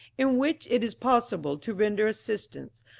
in which it is possible to render assistance,